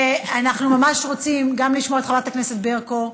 אנחנו ממש רוצים גם לשמוע את חברת הכנסת ברקו,